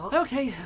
ok,